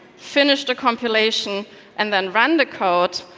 finished a compilation and then run the code,